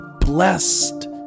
blessed